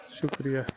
شُکریہ